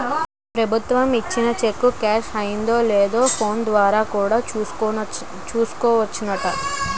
ప్రభుత్వం ఇచ్చిన cheque cash అయిందో లేదో ఫోన్ ద్వారా కూడా చూసుకోవచ్చట